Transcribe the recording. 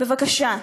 בבקשה.